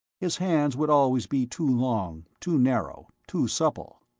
his hands would always be too long, too narrow, too supple.